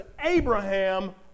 Abraham